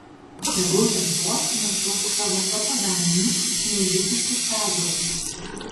tegul ten postina tuos savo propagandinius šmeižikiškus pezalus